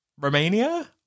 Romania